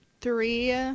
three